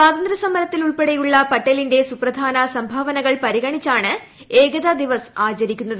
സ്വാതന്ത്യ സമരത്തിൽ ഉൾപ്പെടെയുള്ള പട്ടേലിന്റെ സുപ്രധാന സംഭാവനകൾ പരിഗണിച്ചാണ് ഏകതാ ദിവസ് ആചരിക്കുന്നത്